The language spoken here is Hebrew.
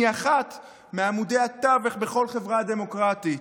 היא אחד מעמודי התווך בכל חברה דמוקרטית,